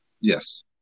Yes